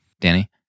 Danny